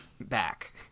back